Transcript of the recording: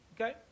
Okay